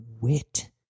wit